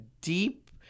deep